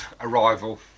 Arrival